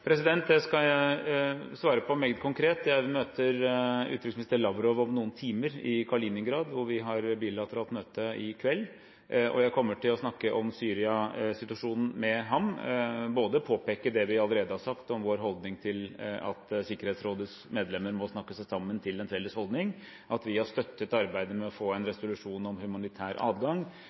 Det skal jeg svare på meget konkret. Jeg møter utenriksminister Lavrov om noen timer i Kaliningrad, og vi har bilateralt møte i kveld. Jeg kommer til å snakke om Syria-situasjonen med ham, både påpeke det vi allerede har sagt om vår holdning til at Sikkerhetsrådets medlemmer må snakke seg sammen til en felles holdning, at vi har støttet arbeidet med å få en resolusjon om humanitær adgang,